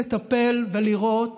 לטפל ולראות